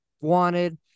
wanted